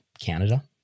Canada